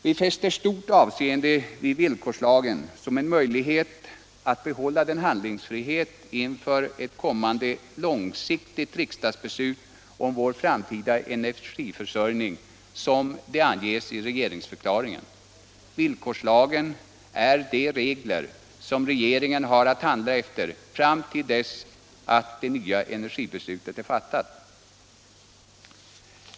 Vi fäster stort avseende vid villkorslagen som en möjlighet att behålla den handlingsfrihet inför ett kommande långsiktigt riksdagsbeslut om vår framtida energiförsörjning som anges i regeringsförklaringen. Villkorslagen innehåller de regler som regeringen har att handla efter fram till dess det nya energibeslutet är fattat.